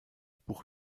buch